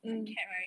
is a cat right